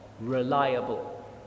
reliable